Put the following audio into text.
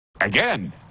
Again